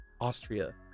austria